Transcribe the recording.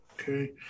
Okay